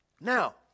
Now